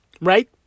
Right